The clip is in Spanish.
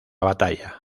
batalla